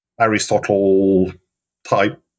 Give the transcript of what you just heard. Aristotle-type